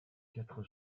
quatre